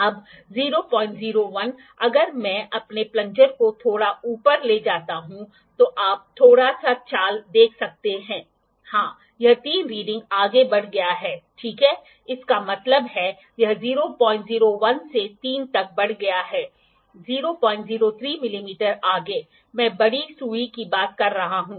अब 001 अगर मैं अपने प्लंजर को थोड़ा ऊपर ले जाता हूं तो आप थोड़ा सा चाल देख सकते हैं हाँ यह तीन रीडिंग आगे बढ़ गया है ठीक है इसका मतलब है यह 001 से 3 तक बढ़ गया था 003 मिमी आगे मैं बड़ी सुई की बात कर रहा हूं